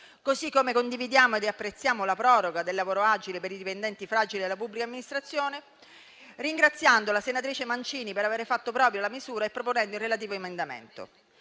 Così come condividiamo ed apprezziamo la proroga del lavoro agile per i dipendenti fragili della pubblica amministrazione, ringraziando la senatrice Mancini per avere fatto propria la misura e proponendo il relativo emendamento.